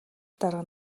дарга